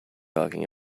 talking